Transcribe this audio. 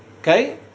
Okay